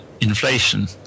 inflation